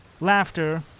Laughter